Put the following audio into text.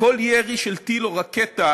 וכל ירי של טיל או רקטה